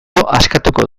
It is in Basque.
askatuko